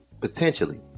potentially